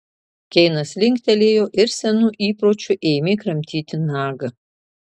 keinas linktelėjo ir senu įpročiu ėmė kramtyti nagą